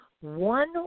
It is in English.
One